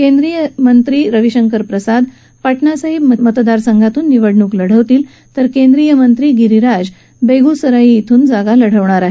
केंद्रीय मंत्री रविशंकर प्रसाद पाटणा साहिब मतदार संघातून निवडणूक लढवतील तर केंद्रीय मंत्री गिरीराज बेगुसराईची जागा लढवणार आहेत